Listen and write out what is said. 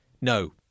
no